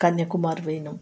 కన్యాకుమారి పోయినాం